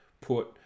put